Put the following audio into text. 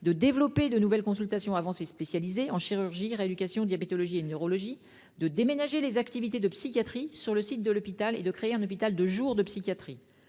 de développer de nouvelles consultations avancées spécialisées en chirurgie, en rééducation, en diabétologie et en neurologie, de déménager les activités de psychiatrie sur le site de l'hôpital et de créer un hôpital psychiatrique